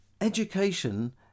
education